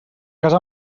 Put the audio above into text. casar